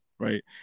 Right